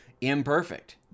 imperfect